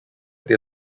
they